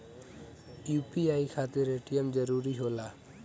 UPI खातिर ATM जरूरी होला?